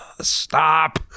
stop